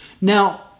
Now